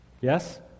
Yes